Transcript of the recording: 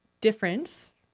difference